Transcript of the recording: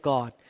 God